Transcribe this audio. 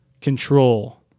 control